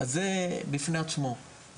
זה בפני עצמו,